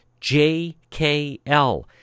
JKL